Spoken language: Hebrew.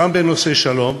גם בנושא שלום,